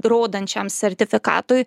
rodančiam sertifikatui